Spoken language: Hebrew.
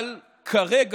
אבל כרגע,